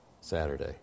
Saturday